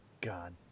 God